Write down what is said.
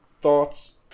Thoughts